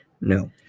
No